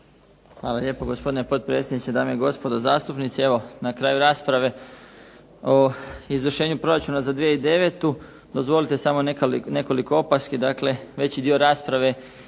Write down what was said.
Hvala lijepo. Gospodine potpredsjedniče, dame i gospodo zastupnici. Evo na kraju rasprave o izvršenju proračuna za 2009. dozvolite samo nekoliko opaski.